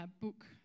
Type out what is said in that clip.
book